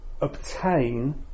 obtain